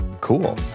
cool